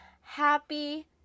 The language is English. Happy